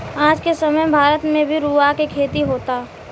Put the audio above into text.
आज के समय में भारत में भी रुआ के खेती होता